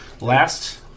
Last